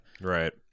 right